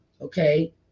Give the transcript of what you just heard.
okay